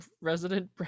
resident